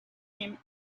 him